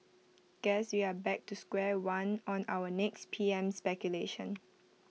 guess we are back to square one on our next P M speculation